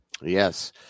Yes